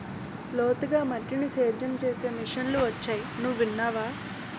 లోతుగా మట్టిని సేద్యం చేసే మిషన్లు వొచ్చాయి నువ్వు విన్నావా?